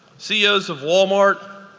ceos of walmart,